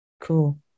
Cool